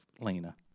Lena